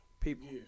people